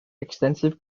extensive